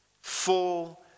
Full